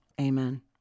amen